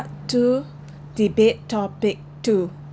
two debate topic two